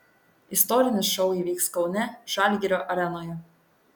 istorinis šou įvyks kaune žalgirio arenoje